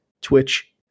twitch